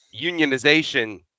unionization